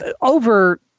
over